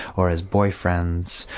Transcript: or as boyfriends,